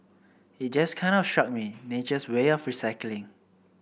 it just kind of struck me nature's way of recycling